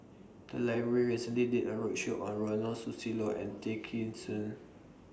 The Library recently did A roadshow on Ronald Susilo and Tay Kheng Soon